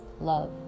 love